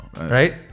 Right